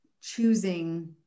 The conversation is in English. choosing